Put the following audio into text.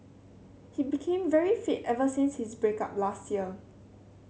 he became very fit ever since his break up last year